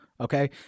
Okay